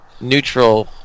neutral